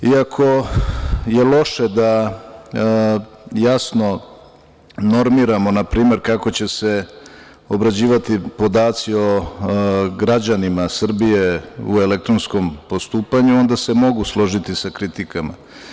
Iako je loše da jasno normiramo, na primer, kako će se obrađivati podaci o građanima Srbije u elektronskom postupanju, onda se mogu složiti sa kritikama.